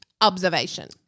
observation